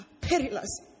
perilous